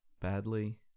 badly